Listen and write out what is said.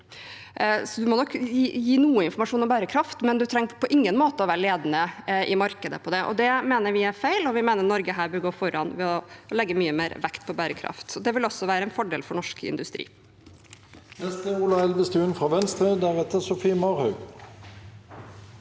man må nok gi noe informasjon om bærekraft, men man trenger på ingen måte å være ledende i markedet på det. Det mener vi er feil, og vi mener Norge her bør gå foran ved å legge mye mer vekt på bærekraft. Det vil også være en fordel for norsk industri.